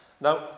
Now